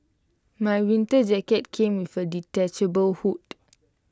my winter jacket came with A detachable hood